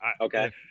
Okay